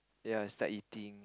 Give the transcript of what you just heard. ya start eating